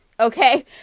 Okay